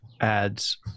adds